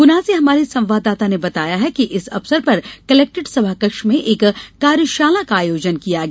गुना से हमारे संवाददाता ने बताया है कि इस अवसर पर कलेक्ट्रेट सभाकक्ष में एक कार्यशाला का आयोजन किया गया